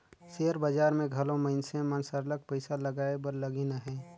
share बजार में घलो मइनसे मन सरलग पइसा लगाए बर लगिन अहें